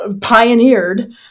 pioneered